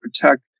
protect